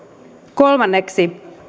kolmanneksi